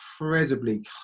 incredibly